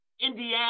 Indiana